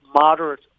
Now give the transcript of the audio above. moderate